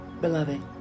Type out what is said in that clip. Beloved